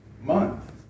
month